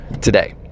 today